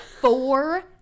four